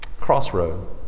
crossroad